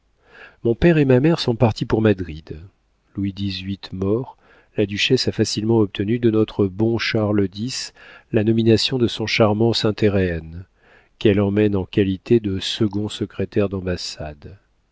mon père et ma mère sont partis pour madrid louis xviii mort la duchesse a facilement obtenu de notre bon charles x la nomination de son charmant saint héreen qu'elle emmène en qualité de second secrétaire d'ambassade